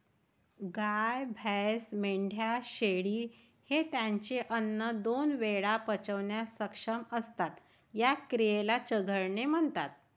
गाय, म्हैस, मेंढ्या, शेळी हे त्यांचे अन्न दोन वेळा पचवण्यास सक्षम असतात, या क्रियेला चघळणे म्हणतात